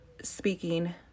speaking